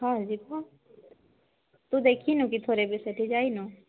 ହଁ ଯିବୁ ତୁ ଦେଖିନୁ କି ଥରେ ବି ସେଇଠି ଯାଇନୁ